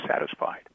satisfied